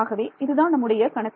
ஆகவே இதுதான் நம்முடைய கணக்கு